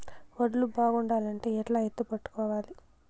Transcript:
వడ్లు బాగుండాలంటే ఎట్లా ఎత్తిపెట్టుకోవాలి?